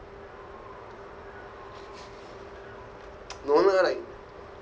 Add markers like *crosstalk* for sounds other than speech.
*noise* no lah like